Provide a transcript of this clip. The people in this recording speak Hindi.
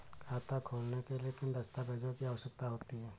खाता खोलने के लिए किन दस्तावेजों की आवश्यकता होती है?